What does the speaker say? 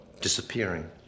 disappearing